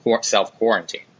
self-quarantine